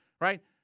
right